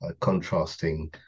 contrasting